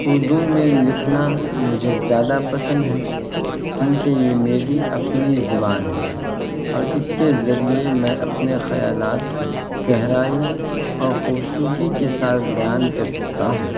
اردو میں لکھنا مجھے زیادہ پسند ہیں کیونکہ یہ میری اپنی زبان ہے اور اس کے ذریعے میں اپنے خیالات کو گہرائی اور خوبصورتی کے ساتھ بیان کر سکتا ہوں